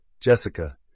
jessica